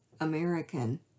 American